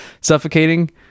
suffocating